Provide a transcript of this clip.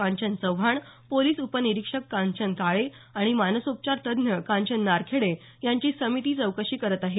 Kanchan Chavan police उपनिरीक्षक कांचन काळे आणि मानसोपचार तज्ज्ञ कांचन नारखेडे यांची समिती चौकशी करत आहे